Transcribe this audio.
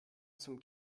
zum